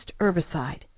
herbicide